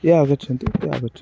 ये आगच्छन्ति ते आगच्छन्तु